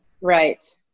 Right